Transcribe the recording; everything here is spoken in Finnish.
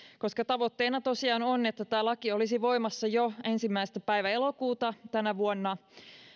koska tavoitteena tosiaan on että tämä laki olisi voimassa jo ensimmäinen päivä elokuuta tänä vuonna